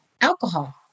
alcohol